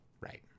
Right